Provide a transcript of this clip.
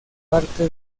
parte